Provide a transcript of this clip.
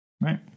Right